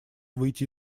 выйти